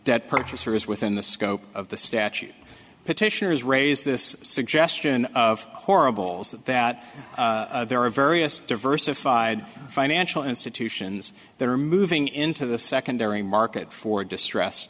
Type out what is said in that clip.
that purchasers within the scope of the statute petitioners raise this suggestion of horribles that there are various diversified financial institutions that are moving into the secondary market for distress